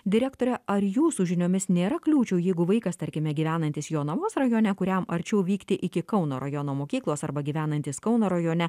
direktore ar jūsų žiniomis nėra kliūčių jeigu vaikas tarkime gyvenantis jonavos rajone kuriam arčiau vykti iki kauno rajono mokyklos arba gyvenantis kauno rajone